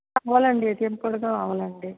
కావాలండి ఏటీఎం కూడా కావాలండి